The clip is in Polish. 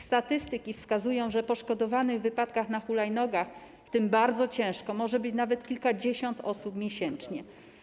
Statystyki wskazują, że poszkodowanych w wypadkach na hulajnogach, w tym bardzo ciężko, może być nawet kilkadziesiąt osób miesięcznie.